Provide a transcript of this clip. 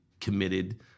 committed